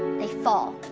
they fall.